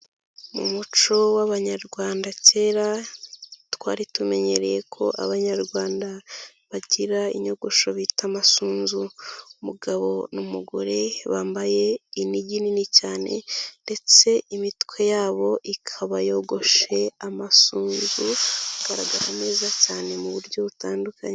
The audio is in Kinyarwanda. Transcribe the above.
Mu muco w'abanyarwanda kera twari tumenyereye ko abanyarwanda bagira inyogosho bita amasunzu, umugabo n'umugore bambaye inigi nini cyane ndetse imitwe yabo ikaba yogoshe amasunzu, bigaragara neza cyane mu buryo butandukanye.